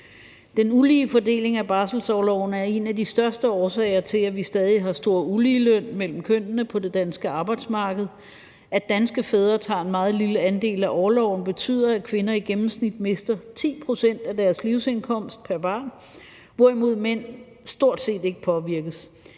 Den ulige fordeling af barselsorloven er en af de største årsager til, at vi stadig har stor uligeløn mellem kønnene på det danske arbejdsmarked. At danske fædre tager en meget lille andel af orloven, betyder, at kvinder i gennemsnit mister 10 pct. af deres livsindkomst pr. barn, hvorimod mænd stort set ikke påvirkes.